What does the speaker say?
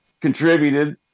contributed